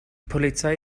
polizei